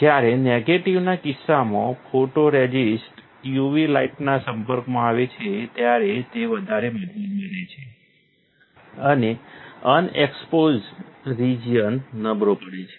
જ્યારે નેગેટિવના કિસ્સામાં ફોટોરઝિસ્ટ UV લાઇટના સંપર્કમાં આવે છે ત્યારે તે વધારે મજબૂત બને છે અને અનએક્સપોઝ્ડ રિજિયન નબળો પડે છે